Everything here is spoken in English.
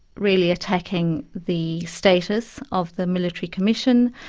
really, attacking the status of the military commission,